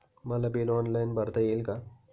मला bill online भरता येईल का?